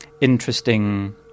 interesting